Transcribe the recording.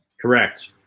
Correct